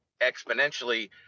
exponentially